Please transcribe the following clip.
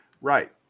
right